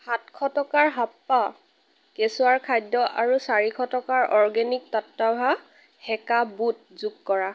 সাতশ টকাৰ হাপ্পা কেচুঁৱাৰ খাদ্য আৰু চাৰিশ টকাৰ অৰ্গেনিক টাট্টাভা সেকা বুট যোগ কৰা